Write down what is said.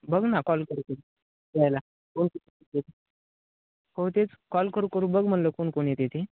बघ ना कॉल करू यायला हो तेच कॉल करू करू बघ म्हणलं कोण कोणी येते ते